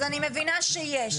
אז אני מבינה שיש.